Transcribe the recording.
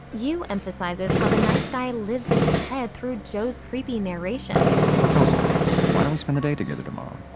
you emphasizes how the nice guy lives in his head through joe's creepy narration. a proposal why don't we spend the day together tomorrow,